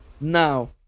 now